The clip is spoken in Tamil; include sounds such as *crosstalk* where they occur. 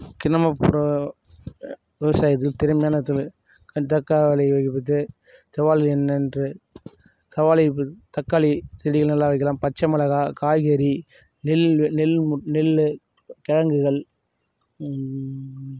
கிராமப்புற விவசாயத்தில் திறமையான தொழில் வெண்டைக்காய் விளைவிக்கிறது *unintelligible* என்னென்று *unintelligible* தக்காளி செடியை நல்லா வைக்கலாம் பச்சை மொளகாய் காய்கறி நெல் நெல் மு நெல் கிழங்குகள்